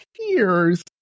tears